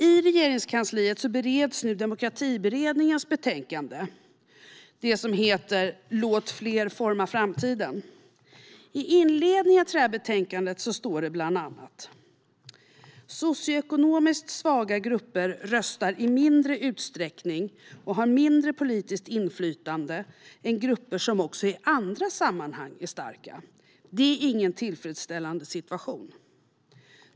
I Regeringskansliet bereds nu Demokratiutredningens betänkande Låt fler forma framtiden! I inledningen till betänkandet står det bland annat: "Socioekonomiskt svaga grupper röstar i mindre utsträckning och har mindre politiskt inflytande än grupper som också i andra sammanhang är starka. Det är inte en tillfredsställande situation."